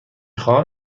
خواهم